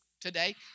today